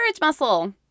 muscle